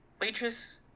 waitress